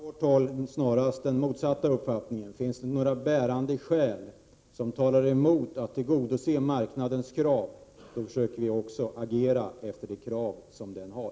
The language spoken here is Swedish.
Fru talman! Från vårt håll har vi snarast den motsatta uppfattningen: finns det inte några bärande skäl som talar emot att tillgodose marknadens krav, så försöker vi också agera efter dessa krav.